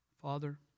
Father